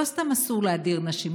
לא סתם אסור להדיר נשים,